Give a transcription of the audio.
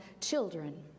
children